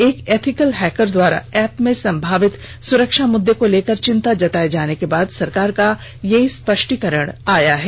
एक ethical hacker द्वारा app में संभावित सुरक्षा मुद्दे को लेकर चिंता जताये जाने के बाद सरकार का यह स्पष्टीकरण आया है